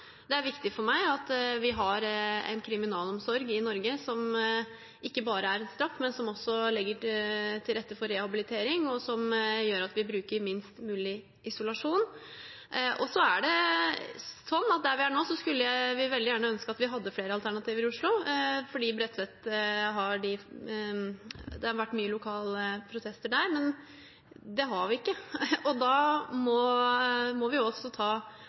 Det er viktig for meg at vi har en kriminalomsorg i Norge som ikke bare er en straff, men også legger til rette for rehabilitering, og som gjør at vi bruker minst mulig isolasjon. Der vi er nå, skulle vi veldig gjerne ønske at vi hadde flere alternativer i Oslo, for det har vært mye lokal protest på Bredtvet, men det har vi ikke. Da må vi også ta